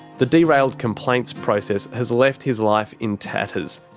the derailed complaints process has left his life in tatters.